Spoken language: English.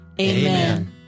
Amen